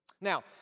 Now